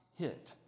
hit